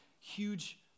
huge